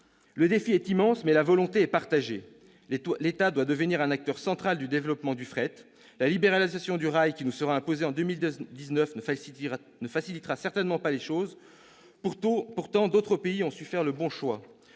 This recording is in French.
Le défi est immense, mais la volonté est partagée. L'État doit devenir un acteur central du développement du fret. Certes, la libéralisation du rail qui nous sera imposée en 2019 ne facilitera certainement pas les choses. Pourtant, d'autres pays ont su faire les bons choix.